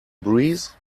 breeze